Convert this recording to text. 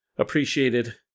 appreciated